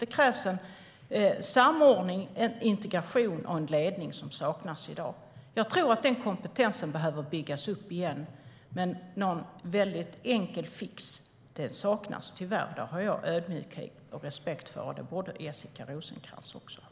Det krävs en samordning, en integration och en ledning som saknas i dag. Jag tror att den kompetensen behöver byggas upp igen, men någon väldigt enkel fix saknas tyvärr. Det har jag ödmjukhet och respekt för, och det borde Jessica Rosencrantz också ha.